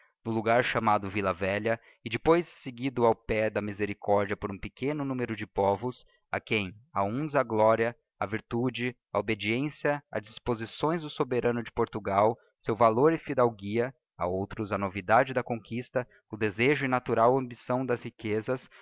no logar chamado villa velha e depois seguido ao pé da misericórdia por um pequeno numero de povos a quem a uns a gloria a virtude a obediência as disposições do soberano de portugal seu valor e fidalguia a outros a novidade da conquista o desejo e natural ambição das riquezas